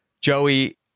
Joey